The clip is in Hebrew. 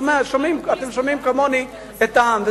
אתם שומעים כמוני את העם.